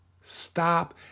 Stop